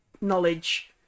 knowledge